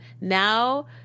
now